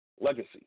legacy